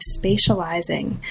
spatializing